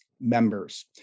members